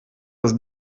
das